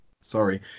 sorry